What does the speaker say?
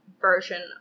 version